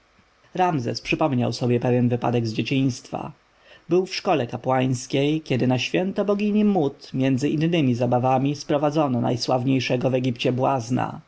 ramzes przypomniał sobie pewien wypadek z dzieciństwa był w szkole kapłańskiej kiedy na święto bogini mut między innemi zabawami sprowadzono najsławniejszego w egipcie błazna